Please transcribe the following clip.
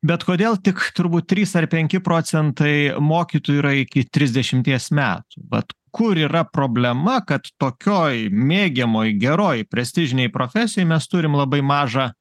bet kodėl tik turbūt trys ar penki procentai mokytojų yra iki trisdešimties metų vat kur yra problema kad tokioj mėgiamoj geroj prestižinėj profesijoj mes turim labai mažą